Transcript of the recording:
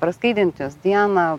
praskaidint jos dieną